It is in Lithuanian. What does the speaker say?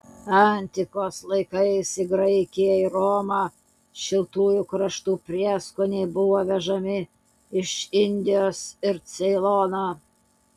antikos laikais į graikiją ir romą šiltųjų kraštų prieskoniai buvo vežami iš indijos ir ceilono